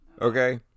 okay